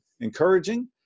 encouraging